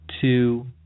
Two